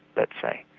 let's say.